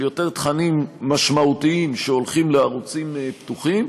של יותר תכנים משמעותיים שהולכים לערוצים פתוחים.